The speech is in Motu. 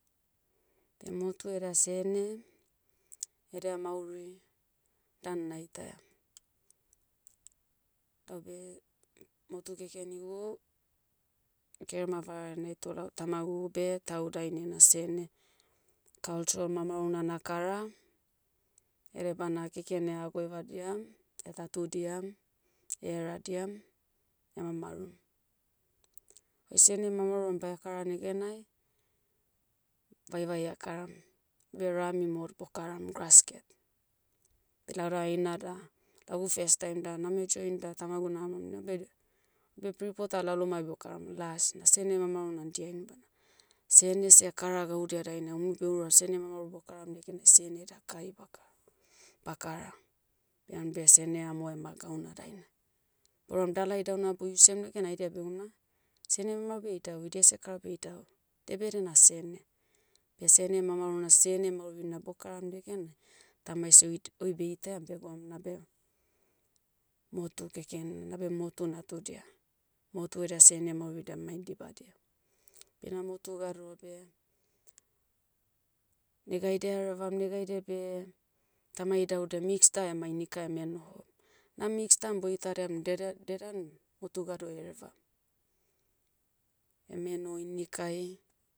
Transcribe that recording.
Beh motu eda sene, eda mauri, dan naitaiam. Laube, motu kekenigu, kerema vara anai toh lau tamagu beh tau dainai ena sene, kalcho mamaruna nakara. Edebana keken eha goevadiam, tatudiam, eheradiam, mamarum. Oi sene mamaru am baia kara negenai, vaivai akaram, beh rami mo bokaram grasket. Beh lauda heina da, lagu first time da name join da tamagu na nahamarom nabe da, beh piripou ta lalomai bokaram las, na sene mamaru na dia inbana. Sene seh ekara gaudia dainai mui beh oura sene mamaru bokaram negenai sene da kai baka- bakara. Beh an beh sene amo ema gauna daina, bouram dala idauna bo iusiam negena haidia begoum na, sene mama beh idau idia seka beh idau. Diabe edena sene, beh sene mamaruna sene maurina bokaram negenai, tamai seh oid- oi beitaiam begoum nabe, motu keken na, nabe motu natudia. Motu edia sene mauridia mai dibadia. Beh ina motu gado beh, negaidia aherevam negaidia beh, tamai idauda mix ta ema inika eme noho. Na mix dan boitadiam diede- die dan, motu gado herevam. Eme noh inikai,